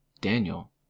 Daniel